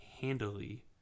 handily